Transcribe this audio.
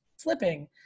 flipping